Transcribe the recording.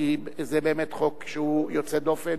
כי זה באמת חוק שהוא יוצא דופן.